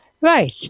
Right